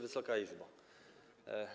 Wysoka Izbo!